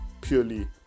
purely